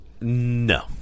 No